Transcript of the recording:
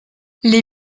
les